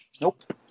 Nope